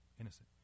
innocent